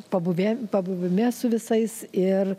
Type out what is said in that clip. pabuvę pabuvime su visais ir